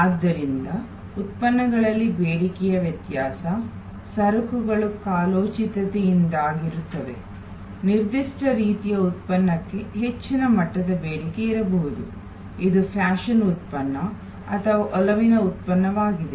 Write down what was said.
ಆದ್ದರಿಂದ ಉತ್ಪನ್ನಗಳಲ್ಲಿ ಬೇಡಿಕೆಯ ವ್ಯತ್ಯಾಸ ಸರಕುಗಳು ಕಾಲೋಚಿತತೆಯಿಂದಾಗಿರುತ್ತವೆ ನಿರ್ದಿಷ್ಟ ರೀತಿಯ ಉತ್ಪನ್ನಕ್ಕೆ ಹೆಚ್ಚಿನ ಮಟ್ಟದ ಬೇಡಿಕೆ ಇರಬಹುದು ಇದು ಫ್ಯಾಷನ್ ಉತ್ಪನ್ನ ಅಥವಾ ಒಲವಿನ ಉತ್ಪನ್ನವಾಗಿದೆ